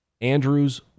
Andrews